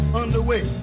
underway